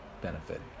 benefit